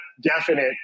definite